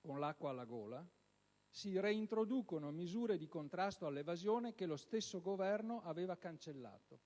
con l'acqua alla gola, si reintroducono misure di contrasto all'evasione che lo stesso Governo aveva cancellato;